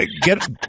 get